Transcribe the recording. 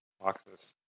boxes